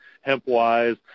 hemp-wise